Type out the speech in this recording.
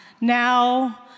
Now